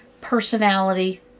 personality